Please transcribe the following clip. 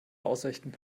aussichten